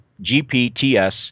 gpts